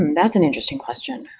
and that's an interesting question.